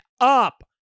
up